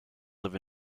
live